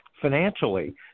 financially